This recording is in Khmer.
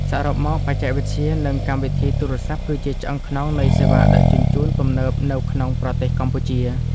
សរុបមក បច្ចេកវិទ្យា និងកម្មវិធីទូរសព្ទគឺជាឆ្អឹងខ្នងនៃសេវាដឹកជញ្ជូនទំនើបនៅក្នុងប្រទេសកម្ពុជា។